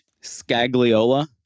Scagliola